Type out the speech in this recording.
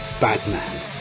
batman